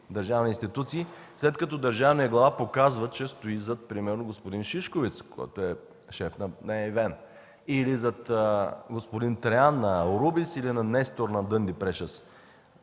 държавни инститиуции, след като държавният глава показва, че стои примерно зад господин Шишковиц – шеф на ЕВН, или зад господин Треян на „Аурубис” или зад Нестор на „Дънди Прешъс